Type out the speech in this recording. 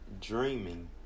dreaming